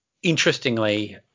Interestingly